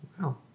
Wow